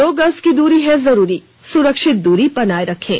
दो गज की दूरी है जरूरी सुरक्षित दूरी बनाए रखें